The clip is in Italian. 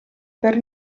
per